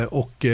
och